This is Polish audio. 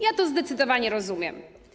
Ja to zdecydowanie rozumiem.